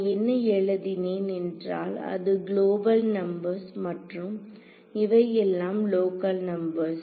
நான் என்ன எழுதினேன் என்றால் அது குளோபல் நம்பர்ஸ் மற்றும் இவை எல்லாம் லோக்கல் நம்பர்ஸ்